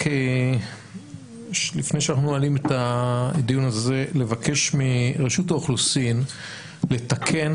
לפני שאנחנו נועלים את הדיון הזה אני רוצה לבקש מרשות האוכלוסין לתקן,